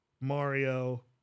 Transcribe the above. Mario